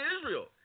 Israel